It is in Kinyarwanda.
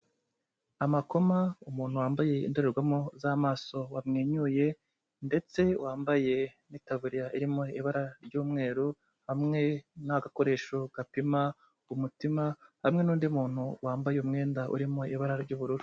Amakoma, umuntu wambaye indorerwamo z'amaso wamwenyuye, ndetse wambaye n'itaburiya irimo ibara ry'umweru, hamwe n'agakoresho gapima umutima hamwe n'undi muntu wambaye umwenda urimo ibara ry'ubururu.